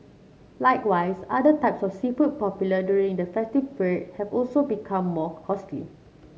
likewise other types of seafood popular during the festive period have also become more costly